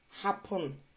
happen